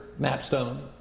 Mapstone